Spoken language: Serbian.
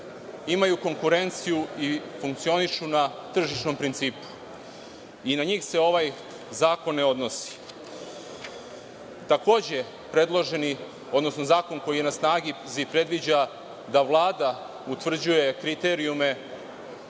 imaju konkurenciju i funkcionišu na tržišnom principu, i na njih se ovaj zakon ne odnosi. Takođe, predloženi, odnosno zakon koji je na snazi predviđa da Vlada utvrđuje kriterijume